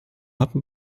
hatten